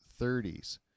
30s